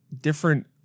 different